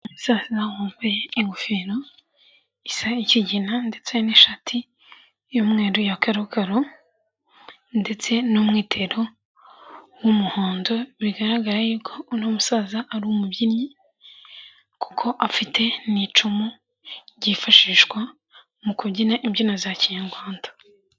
Umusaza wambaye ingofero, isa ikigina ndetse n'ishati y'umweru ya karokaro, ndetse n'umwitero w'umuhondo; bigaragara yuko uno musaza ari umubyinnyi, kuko afite n'icumu ryifashishwa mu kubyina imbyino za kinyarwanda.